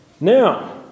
now